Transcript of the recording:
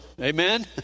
Amen